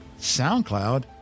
SoundCloud